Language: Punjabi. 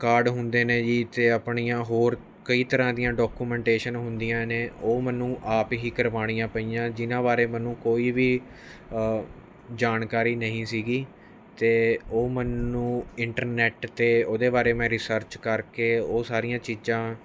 ਕਾਰਡ ਹੁੰਦੇ ਨੇ ਜੀ ਅਤੇ ਆਪਣੀਆਂ ਹੋਰ ਕਈ ਤਰ੍ਹਾਂ ਦੀਆਂ ਡੋਕੂਮੈਂਟੇਸ਼ਨ ਹੁੰਦੀਆਂ ਨੇ ਉਹ ਮੈਨੂੰ ਆਪ ਹੀ ਕਰਵਾਉਣੀਆਂ ਪਈਆਂ ਜਿਨ੍ਹਾਂ ਬਾਰੇ ਮੈਨੂੰ ਕੋਈ ਵੀ ਜਾਣਕਾਰੀ ਨਹੀਂ ਸੀਗੀ ਅਤੇ ਉਹ ਮੈਨੂੰ ਇੰਟਰਨੈੱਟ 'ਤੇ ਉਹਦੇ ਬਾਰੇ ਮੈਂ ਰਿਸਰਚ ਕਰਕੇ ਉਹ ਸਾਰੀਆਂ ਚੀਜ਼ਾਂ